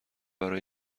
برای